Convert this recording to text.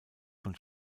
von